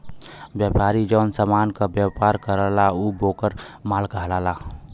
व्यापारी जौन समान क व्यापार करला उ वोकर माल कहलाला